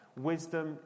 Wisdom